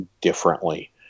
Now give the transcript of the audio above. differently